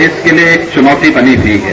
देश के लिए एक चुनौती बनी हुई है